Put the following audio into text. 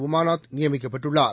உமாநாத் நியமிக்கப்பட்டுள்ளார்